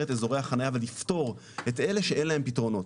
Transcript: את אזורי החניה ולפטור את אלה אין להם פתרונות,